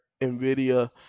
NVIDIA